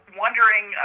wondering